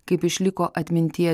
kaip išliko atmintyje